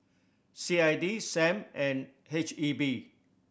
C I D Sam and H E B